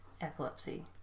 Epilepsy